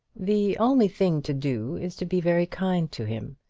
the only thing to do is to be very kind to him.